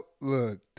look